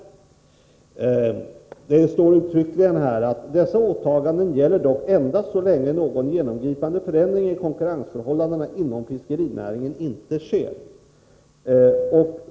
Det står uttryckligen i propositionen: ”Dessa åtaganden gäller dock endast så länge någon genomgripande förändring i konkurrensförhållandena inom fiskerinäringen inte sker.